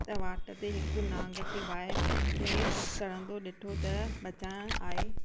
त वाट ते हिकु नांग खे ॿाहि में सढ़ंदो ॾिठो त बचाइण आहे